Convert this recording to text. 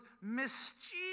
mischievous